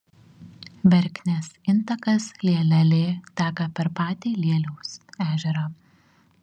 verknės intakas lielelė teka per patį lieliaus ežerą